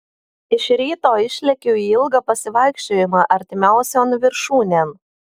iš ryto išlekiu į ilgą pasivaikščiojimą artimiausion viršūnėn